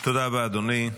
תודה רבה, אדוני.